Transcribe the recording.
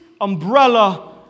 umbrella